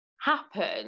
happen